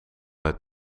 het